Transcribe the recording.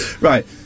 Right